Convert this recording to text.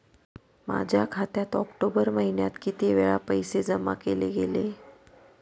माझ्या खात्यात ऑक्टोबर महिन्यात किती वेळा पैसे जमा केले गेले?